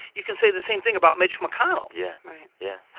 you can say the same thing about mitch mcconnell yeah right yeah.